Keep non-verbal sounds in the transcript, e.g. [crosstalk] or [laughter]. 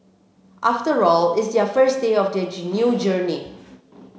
after all it's their first day of their [unintelligible] new journey